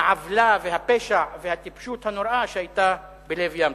העוולה והפשע והטיפשות הנוראה שהיתה בלב ים.